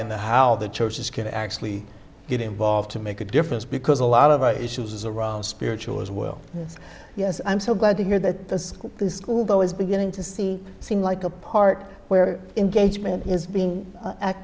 and the how the churches can actually get involved to make a difference because a lot of the issues around spiritual as well yes i'm so glad to hear that the school the school though is beginning to see seem like a part where engagement is being